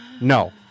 No